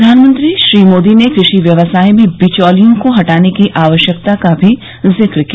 प्रधानमंत्री श्री मोदी नें कृषि व्यवसाय में बिचौलियों को हटाने की आवश्यकता का भी जिक्र किया